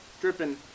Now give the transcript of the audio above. dripping